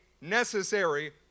necessary